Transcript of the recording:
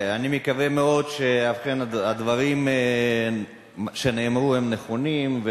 אני מקווה מאוד שהדברים שנאמרו הם נכונים,